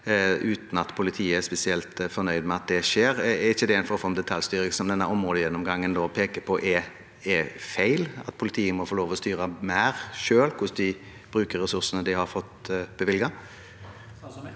uten at politiet er spesielt fornøyd med at det skjer. Er ikke det en form for detaljstyring som denne områdegjennomgangen peker på er feil, og at politiet må få lov til å styre mer selv hvordan de bruker ressursene de har fått bevilget? Statsråd